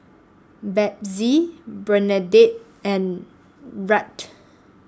Bethzy Bernadette and Rhett